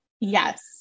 yes